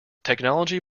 technology